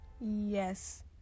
Yes